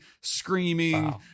screaming